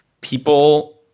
People